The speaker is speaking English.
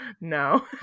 no